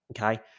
Okay